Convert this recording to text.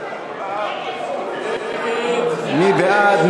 מי בעד?